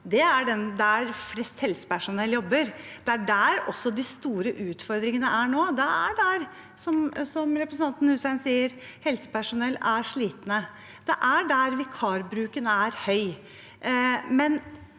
Det er der flest helsepersonell jobber. Det er også der de store utfordringene nå er. Det er der. Som representanten Hussein sier: Helsepersonell er slitne. Vikarbruken er høy.